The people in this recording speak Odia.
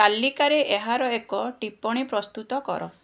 ତାଲିକାରେ ଏହାର ଏକ ଟିପ୍ପଣୀ ପ୍ରସ୍ତୁତ କର